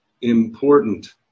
important